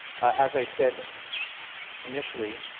as i said initially,